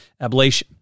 ablation